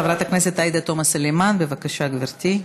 חברת הכנסת עאידה תומא סלימאן, בבקשה, גברתי.